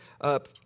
up